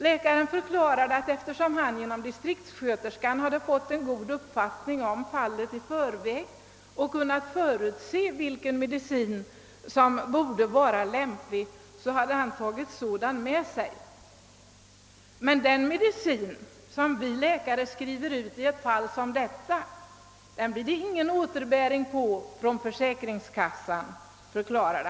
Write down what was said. Läkaren förklarade att han, eftersom han genom distriktssköterskan hade fått en god uppfattning om fallet i förväg och kunnat förutse vilken medicin som borde vara lämplig, hade tagit sådan medicin med sig, men han talade om att för medicin som läkare skrev ut i ett fall som detta fanns det ingen rätt till återbäring från försäkringskassan.